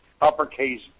uppercase